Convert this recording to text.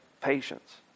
patience